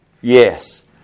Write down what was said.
Yes